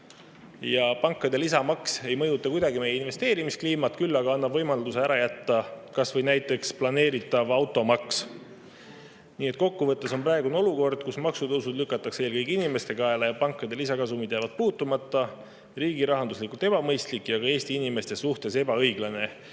Pankade lisamaks ei mõjuta kuidagi meie investeerimiskliimat, küll aga annab võimaluse ära jätta kas või näiteks planeeritav automaks. Kokkuvõtvalt: praegune olukord, kus maksutõusud lükatakse eelkõige inimeste kaela ja pankade lisakasumid jäävad puutumata, on riigirahanduslikult ebamõistlik ja Eesti inimeste suhtes ebaõiglane.